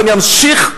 ואני אמשיך.